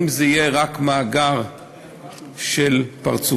אם זה יהיה רק מאגר של פרצופים,